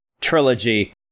trilogy